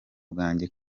bwanjye